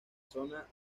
zona